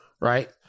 right